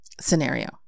scenario